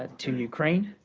ah to ukraine,